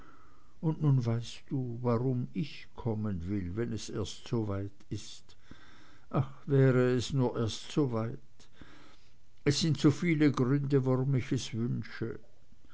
und nun weißt du warum ich kommen will wenn es erst soweit ist ach wäre es nur erst soweit es sind so viele gründe warum ich es wünsche